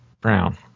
Brown